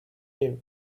you